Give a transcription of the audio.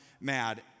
mad